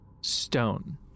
stone